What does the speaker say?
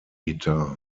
guitar